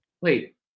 Wait